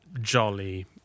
jolly